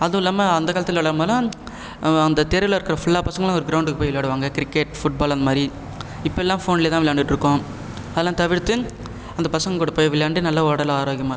அதுவும் இல்லாமல் அந்தக் காலத்தில் உள்ளவங்கலாம் அந்த தெருவில் இருக்கிற ஃபுல்லா பசங்களும் ஒரு கிரௌண்ட்டுக்குப் போய் விளையாடுவாங்க கிரிக்கெட் ஃபுட் பால் அந்த மாதிரி இப்பெல்லாம் ஃபோன்லேயே தான் விளையாண்டுட்ருக்கோம் அதெல்லாம் தவிர்த்து அந்த பசங்க கூட போய் விளையாண்டு நல்லா உடல் ஆரோக்கியமாக இருக்கும்